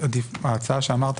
שההצעה שאמרת,